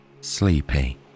sleepy